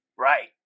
Right